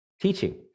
teaching